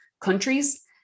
countries